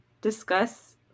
discuss